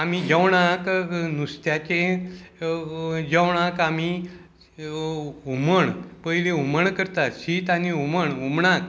आमी जेवणाक नुस्त्याचे जेवणाक आमी हुमण पयली हुमण करतात शीत आनी हुमण हुमणाक